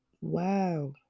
wow